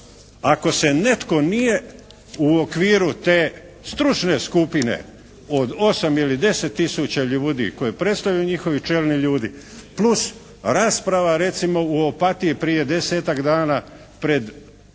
ako se netko nije u okviru te stručne skupine od 8 ili 10 tisuća ljudi koje predstavljaju njihovi čelni ljudi plus rasprava recimo u Opatiji prije 10-tak dana, pred preko